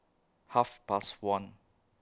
Half Past one